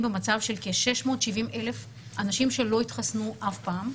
במצב של כ-670 אלף אנשים שלא התחסנו אף פעם.